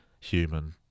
human